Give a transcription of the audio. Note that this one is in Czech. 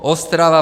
Ostrava